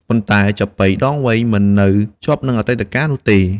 ប៉ុន្តែ ចាប៉ីដងវែងមិននៅជាប់នឹងអតីតកាលនោះទេ។